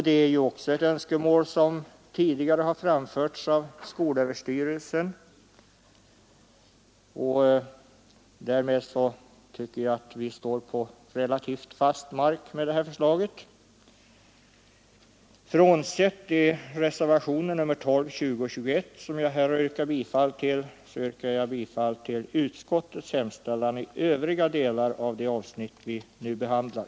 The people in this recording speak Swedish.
Detta är ett önskemål som tidigare har framförts av skolöverstyrelsen, och därmed tycker jag att vi står på fast mark med det här förslaget. Frånsett reservationerna 12, 20 och 21, som jag här har yrkat bifall till, yrkar jag bifall till vad utskottet hemställt i de övriga delarna av det avsnitt som vi nu behandlar.